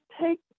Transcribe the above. take